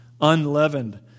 unleavened